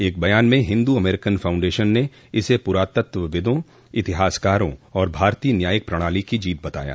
एक बयान में हिंदू अमेरिकन फाउंडेशन ने इसे पुरातत्वविदों इतिहासकारों और भारतीय न्यायिक प्रणाली की जीत बताया